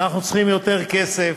ואנחנו צריכים יותר כסף.